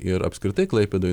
ir apskritai klaipėdoj